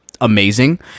amazing